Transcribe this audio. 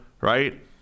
right